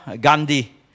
Gandhi